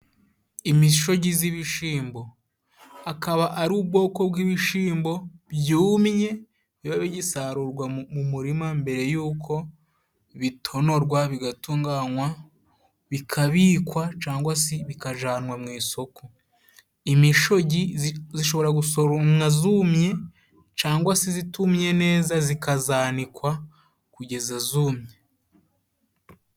imishogi z'ibishimbo, akaba ari ubwoko bw'ibishimbo byumye biba bigisarurwa mu murima mbere y'uko bitonorwa, bigatunganywa, bikabikwa, cangwa se bikajanwa mu isoko. Imishogi zishobora gusoromwa zumye cangwa se zitumye neza, zikazanikwa kugeza zumye.